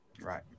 Right